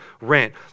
rent